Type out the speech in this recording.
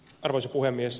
arvoisa puhemies